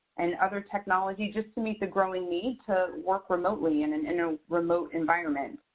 and other technology, just to meet the growing need to work remotely and and in a remote environment.